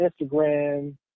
Instagram